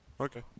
Okay